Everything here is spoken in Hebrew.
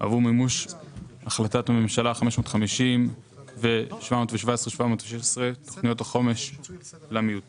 עבור מימוש החלטת הממשלה 550 ו-717-716 תוכניות החומש למיעוטים